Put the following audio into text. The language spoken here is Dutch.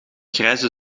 grijze